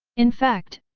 in fact,